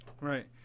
Right